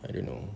I don't know